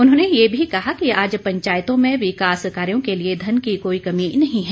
उन्होंने ये भी कहा कि आज पंचायतों में विकास कार्यों के लिए धन की कोई कमी नहीं है